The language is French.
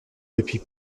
depuis